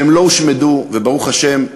והם לא הושמדו, וברוך השם,